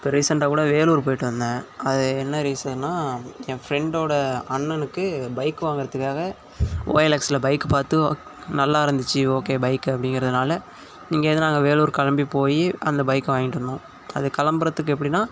இப்போ ரீசெண்ட்டாக கூட வேலூர் போயிட்டு வந்தேன் அது என்ன ரீசன்னால் என் ஃப்ரெண்டோடய அண்ணனுக்கு பைக் வாங்குகிறத்துக்காக ஓஎல்எக்ஸில் பைக் பார்த்து நல்லாருந்துச்சி ஓகே பைக் அப்படிங்கிறதுனால இங்கேயிருந்து நாங்கள் வேலூர் கிளம்பி போய் அந்த பைக் வாங்கிட்டு வந்தோம் அது கிளம்புறத்துக்கு எப்படின்னா